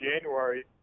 January